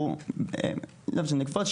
זה כמעט כולם,